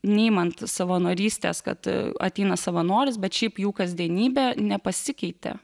neimant savanorystės kad ateina savanoris bet šiaip jų kasdienybė nepasikeitė